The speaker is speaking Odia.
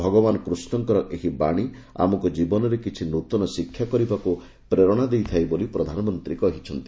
ଭଗବାନ କୁଷ୍ଣଙ୍କର ଏହି ବାଣୀ ଆମକୁ ଜୀବନରେ କିଛି ନୃତନ ଶିକ୍ଷା କରିବାକୁ ପ୍ରେରଣା ଦେଇଥାଏ ବୋଲି ପ୍ରଧାନମନ୍ତ୍ରୀ କହିଛନ୍ତି